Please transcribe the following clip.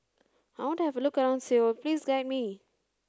I want to have a look around Seoul Please guide me